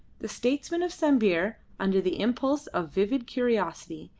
the statesman of sambir, under the impulse of vivid curiosity,